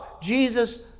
Jesus